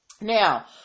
Now